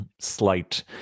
slight